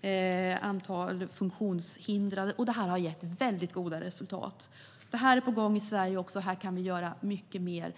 visst antal funktionshindrade och så vidare. Detta har gett väldigt goda resultat. Detta är på gång i Sverige också. Här kan vi göra mycket mer.